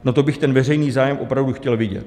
No, to bych ten veřejný zájem opravdu chtěl vidět.